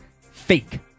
fake